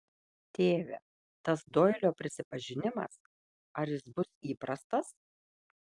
tėve tas doilio prisipažinimas ar jis bus įprastas